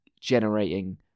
generating